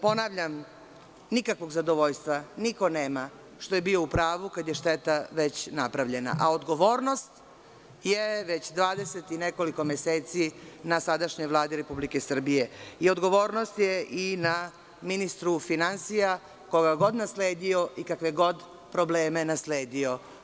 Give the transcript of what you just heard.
Ponavljam, nikakvog zadovoljstva, niko nema, što je bio u pravu, šteta je već napravljena, a odgovornost je već dvadeset i nekoliko meseci na sadašnjoj Vladi Republike Srbije i odgovornost je i na ministru finansija, kogagod nasledio i kakve je god probleme nasledio.